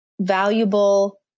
valuable